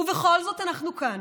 ובכל זאת אנחנו כאן,